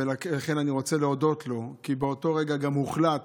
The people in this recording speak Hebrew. ולכן אני רוצה להודות לו, כי באותו רגע גם הוחלט